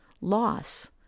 loss